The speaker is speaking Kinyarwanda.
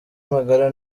magara